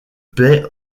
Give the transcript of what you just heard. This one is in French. paix